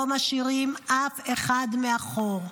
לא משאירים אף אחד מאחור.